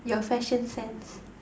your fashion sense